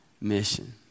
mission